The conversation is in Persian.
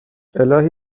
الهی